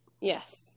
Yes